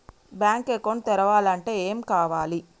Bank account తెరవాలంటే ఏమేం కావాలి?